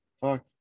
Fuck